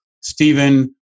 Stephen